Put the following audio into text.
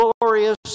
glorious